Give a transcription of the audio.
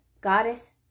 goddess